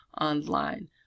online